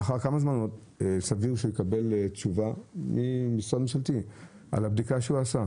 לאחר כמה זמן סביר שהוא יקבל תשובה ממשרד ממשלתי על הבדיקה שהוא ערך?